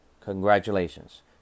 Congratulations